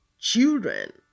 children